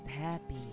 happy